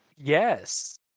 yes